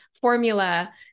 formula